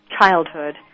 childhood